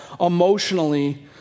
emotionally